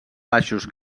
baixos